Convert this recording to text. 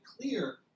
clear